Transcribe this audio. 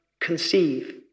conceive